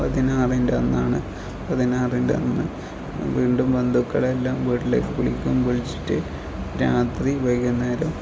പതിനാറിൻ്റെ അന്നാണ് പതിനാറിൻ്റെ അന്ന് വീണ്ടും ബന്ധുക്കളെ എല്ലാം വീട്ടിലേക്ക് വിളിക്കും വിളിച്ചിട്ട് രാത്രി വൈകുന്നേരം